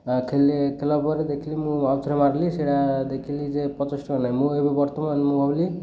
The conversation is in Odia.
ଆ ଖେଳ ଖେଳିଲା ପରେ ଦେଖିଲି ମୁଁ ଆଉ ଥରେ ମାରିଲି ସେଇଟା ଦେଖିଲି ଯେ ପଚାଶ ଟଙ୍କା ନାହିଁ ମୁଁ ଏବେ ବର୍ତ୍ତମାନ ମୁଁ ଭାବିଲି